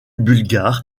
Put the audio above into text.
bulgares